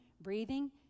breathing